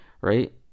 right